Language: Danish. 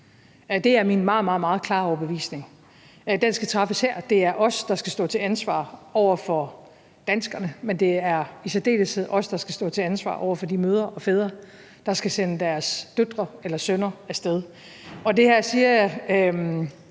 Det er min meget, meget klare overbevisning. Den skal træffes her, og det er os, der skal stå til ansvar over for danskerne, men det er i særdeleshed os, der skal stå til ansvar over for de mødre og fædre, der skal sende deres døtre eller sønner af sted. Og det her siger jeg,